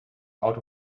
out